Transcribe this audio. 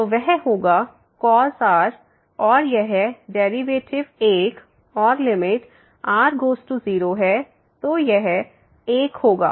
तो वह होगा cos r और यह डेरिवेटिव 1 और लिमिट r→0 है तो यह 1 होगा